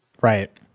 Right